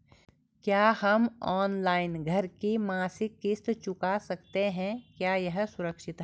क्या हम ऑनलाइन घर की मासिक किश्त चुका सकते हैं क्या यह सुरक्षित है?